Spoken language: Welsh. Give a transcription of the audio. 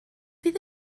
fydd